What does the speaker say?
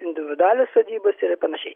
individualios sodybas yra ir panašiai